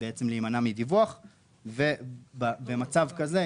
להימנע מדיווח ובמצב כזה,